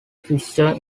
fixture